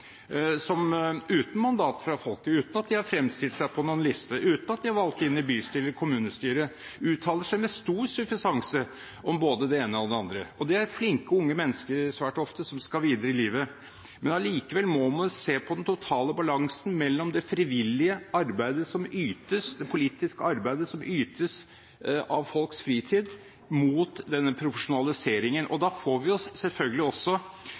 som uten mandat fra folket, uten at de har fremstilt seg på noen liste, uten at de er valgt inn i bystyret eller kommunestyret, uttaler seg med stor suffisanse om både det ene og det andre. Det er svært ofte flinke, unge mennesker som skal videre i livet. Allikevel må man se på den totale balansen mellom det frivillige arbeidet som ytes, det politiske arbeidet som ytes av folk i deres fritid, og denne profesjonaliseringen. Vi får selvfølgelig også